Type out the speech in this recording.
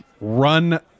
run